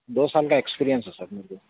دو سال کا ایکسپیرئنس ہے سر میرے کو